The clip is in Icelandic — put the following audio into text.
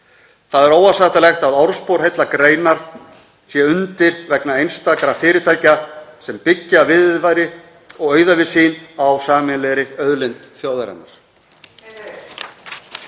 Það er óásættanlegt að orðspor heillar greinar sé undir vegna einstakra fyrirtækja sem byggja viðurværi og auðæfi sín á sameiginlegri auðlind þjóðarinnar.